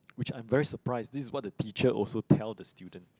which I'm very surprised this is what the teacher also tell the student